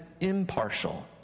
impartial